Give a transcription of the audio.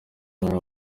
abari